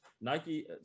Nike